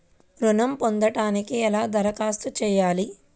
ఋణం పొందటానికి ఎలా దరఖాస్తు చేయాలి?